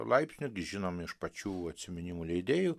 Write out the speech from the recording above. laipsniu gi žinom iš pačių atsiminimų leidėjų